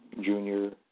junior